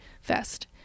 Fest